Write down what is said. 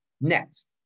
Next